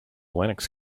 linux